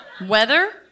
Weather